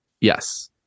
Yes